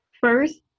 First